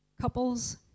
couples